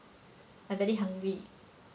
I very hungry